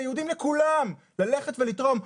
ליהודים לכולם - ללכת לתרום.